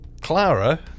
Clara